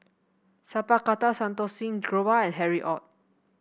Sat Pal Khattar Santokh Singh Grewal and Harry Ord